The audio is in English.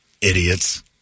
Idiots